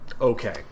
Okay